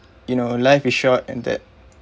you know life is short and that